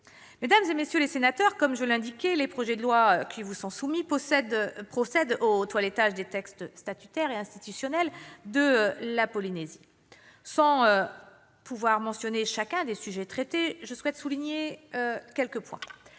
Mesdames, messieurs les sénateurs, comme je l'indiquais, les projets de loi qui vous sont soumis procèdent au toilettage des textes statutaires et institutionnels polynésiens. Sans pouvoir mentionner chacun des sujets traités, je souhaite souligner quelques points.